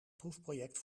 proefproject